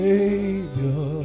Savior